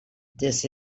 this